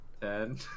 Ten